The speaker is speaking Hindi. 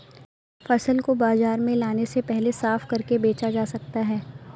फसल को बाजार में लाने से पहले साफ करके बेचा जा सकता है?